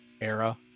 era